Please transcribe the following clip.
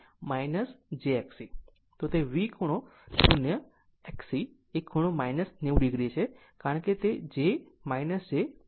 તો તે V ખૂણો 0 XC એ ખૂણો 90 o છે કારણ કે j j તે 90 o છે